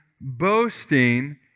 boasting